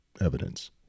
evidence